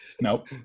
Nope